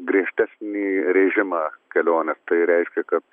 griežtesnį režimą kelionės tai reiškia kad